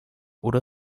oder